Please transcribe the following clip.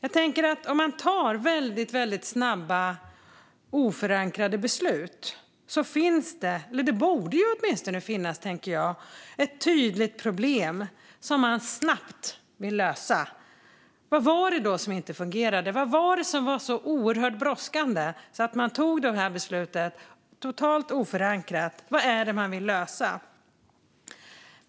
Om man tar väldigt snabba, oförankrade beslut finns det, eller borde det åtminstone finnas, ett tydligt problem som man snabbt vill lösa. Vad var det som inte fungerade? Vad var det som var så brådskande att man tog detta beslut, totalt oförankrat? Vad är det man vill lösa?